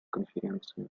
конференции